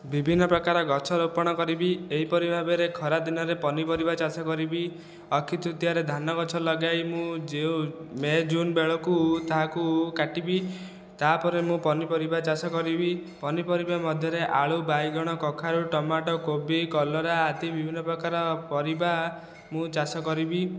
ବିଭିନ୍ନ ପ୍ରକାର ଗଛ ରୋପଣ କରିବି ଏହି ପରି ଭାବରେ ଖରା ଦିନରେ ପନିପରିବା ଚାଷ କରିବି ଅକ୍ଷୟତୃତୀୟାରେ ଧାନ ଗଛ ଲଗାଇ ମୁଁ ଯେଉଁ ମେ ଜୁନ ବେଳକୁ ତାହାକୁ କାଟିବି ତାପରେ ମୁଁ ପନିପରିବା ଚାଷ କରିବି ପନିପରିବା ମଧ୍ୟରେ ଆଳୁ ବାଇଗଣ କଖାରୁ ଟମାଟୋ କୋବି କଲରା ଆଦି ବିଭିନ୍ନ ପ୍ରକାର ପରିବା ମୁଁ ଚାଷ କରିବି